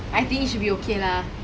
I think should be okay lah